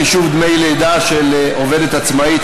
חישוב דמי לידה של עובדת עצמאית),